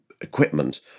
equipment